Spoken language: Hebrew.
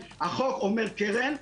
החוק אומר קרן,